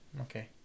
Okay